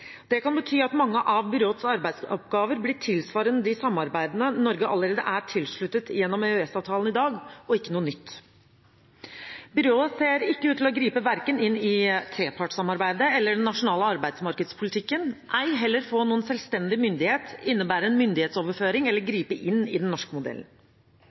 Det kan bety at mange av byråets arbeidsoppgaver blir tilsvarende de samarbeidene Norge allerede er tilsluttet gjennom EØS-avtalen i dag, og ikke noe nytt samarbeid. Byrået ser ikke ut til å gripe inn i verken trepartssamarbeidet eller den nasjonale arbeidsmarkedspolitikken, ei heller få noen selvstendig myndighet, innebære en myndighetsoverføring eller gripe inn i den norske modellen.